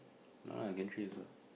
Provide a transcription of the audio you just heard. no lah gantry also